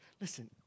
Listen